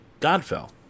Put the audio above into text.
Godfell